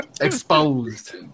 Exposed